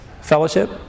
fellowship